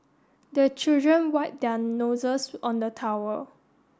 the children wipe their noses on the towel